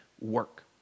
Work